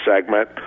segment